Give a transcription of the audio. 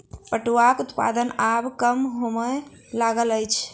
पटुआक उत्पादन आब कम होमय लागल अछि